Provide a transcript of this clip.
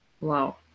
Wow